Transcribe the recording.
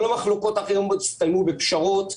כל המחלוקות האחרות הסתיימו בפשרות,